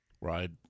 right